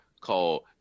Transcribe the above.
called